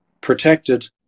protected